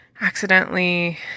accidentally